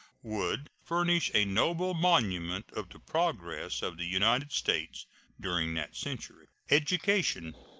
would furnish a noble monument of the progress of the united states during that century. education.